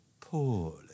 poorly